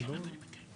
תודה.